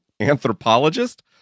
anthropologist